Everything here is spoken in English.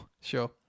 sure